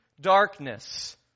darkness